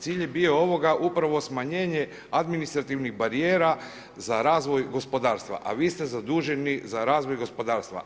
Cilj je bio ovoga upravo smanjenje administrativnih barijera za razvoj gospodarstva, a vi ste zaduženi za razvoj gospodarstva.